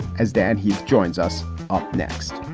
as dan he joins us up next